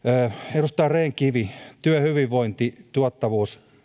edustaja rehn kivi työhyvinvointi tuottavuus